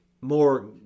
more